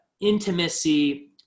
intimacy